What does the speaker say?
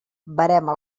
verema